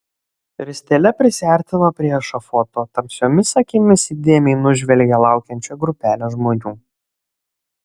ristele prisiartino prie ešafoto tamsiomis akimis įdėmiai nužvelgė laukiančią grupelę žmonių